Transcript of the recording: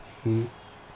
mmhmm